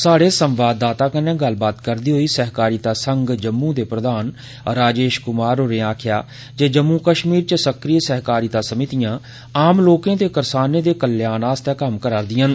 स्हाड़े संवाददाता कन्नै गल्ल करदे होई सहकारिता संघ जम्मू दे प्रधान राजेश कूमार होरें आक्खेआ जे जम्मू कश्मीर च सक्रिय सहकारिता समितियां आम लोकें ते करसाने दे कल्याण आस्तै कम्म करा'रदियां न